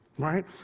right